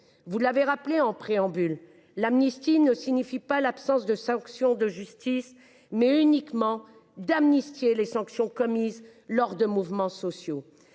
vous l’avez rappelé en préambule, l’amnistie ne signifie pas l’absence de sanctions judiciaires. Ce texte vise uniquement à annuler les sanctions commises lors de mouvements sociaux.